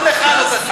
גם לך לא תזיק.